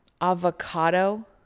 avocado